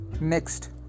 next